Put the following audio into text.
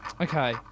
Okay